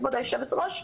כבוד יושבת-הראש,